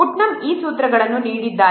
Putnam ಈ ಸೂತ್ರಗಳನ್ನು ನೀಡಿದ್ದಾರೆ